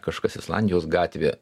kažkas islandijos gatvė